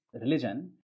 religion